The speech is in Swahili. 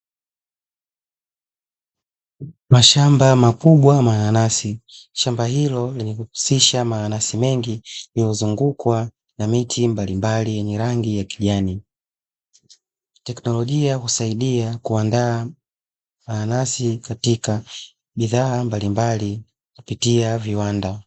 Mashamba makubwa mananasi shamba hilo linayojihusisha mananasi mengi lililozungukwa na miti mbalimbali yenye rangi ya kijani. Teknolojia husaidia kuandaa mananasi katika bidhaa mbalimbali kupitia viwanda.